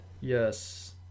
Yes